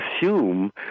assume